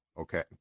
okay